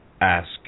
ask